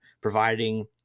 providing